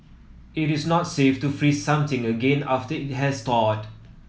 it is not safe to freeze something again after it has thawed